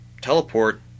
teleport